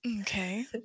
Okay